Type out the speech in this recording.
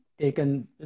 taken